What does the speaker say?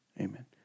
Amen